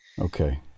Okay